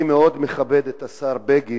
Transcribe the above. אני מכבד מאוד את השר בגין